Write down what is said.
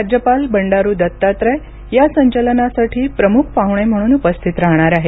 राज्यपाल बंडारु दत्तात्रय या संचलनासाठी प्रमुख पाहुणे म्हणून उपस्थित राहणार आहेत